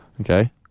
Okay